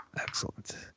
Excellent